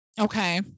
Okay